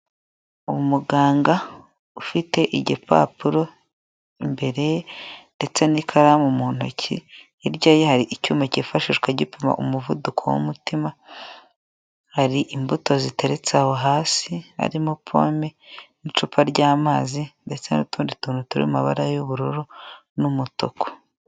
Umuganga ufite igipapuro imbere ndetse n'ikaramu mu ntoki, hirya ye hari icyuma cyifashishwa gipima umuvuduko w'umutima, hari imbuto ziteretse aho hasi harimo pome n'icupa ry'amazi ndetse n'utundi tuntu turimo amabara y'ubururu n'umutuku.